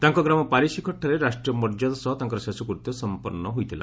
ତାଙ୍କ ଗ୍ରାମ ପାରିଶିଖରଠାରେ ରାଷ୍ଟ୍ରୀୟ ମର୍ଯ୍ୟାଦା ସହ ତାଙ୍କର ଶେଷକୃତ୍ୟ ସଂପନ୍ନ ହୋଇଥିଲା